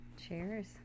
Cheers